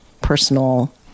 personal